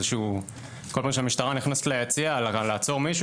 וכל פעם שהמשטרה נכנסת ליציע לעצור מישהו,